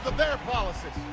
their policies,